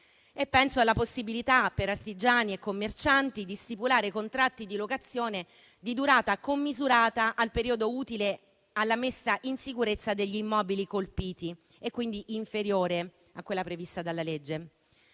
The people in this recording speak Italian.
penso alla possibilità, per artigiani e commercianti, di stipulare contratti di locazione di durata commisurata al periodo utile alla messa in sicurezza degli immobili colpiti e, quindi, inferiore a quella prevista dalla legge.